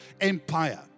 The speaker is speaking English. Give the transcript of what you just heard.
empire